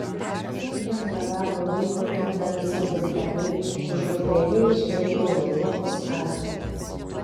kiek jie prarado laiko elgdamiesi brutaliai užuot realiai žvelgę į europos ateitį